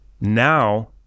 now